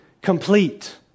complete